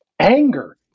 Anger